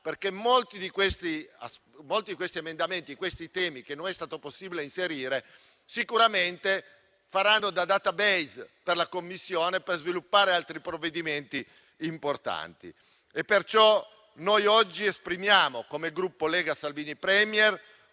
che sollevavano temi che non è stato possibile inserire, sicuramente faranno da *database* per la Commissione per sviluppare altri provvedimenti importanti. Oggi esprimiamo quindi, come Gruppo Lega-Salvini Premier,